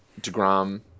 DeGrom